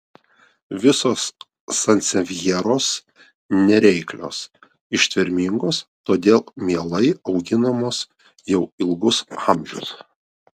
visos sansevjeros nereiklios ištvermingos todėl mielai auginamos jau ilgus amžius